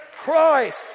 Christ